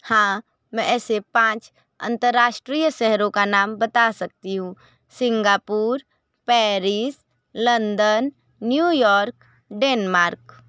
हाँ मैं ऐसे पाँच अन्तर्राष्ट्रीय शहरों का नाम बता सकती हूँ Singapore Paris London New York Denmark